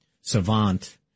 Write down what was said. savant